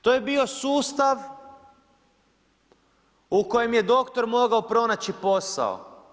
To je bio sustav u kojem je doktor mogao pronaći posao.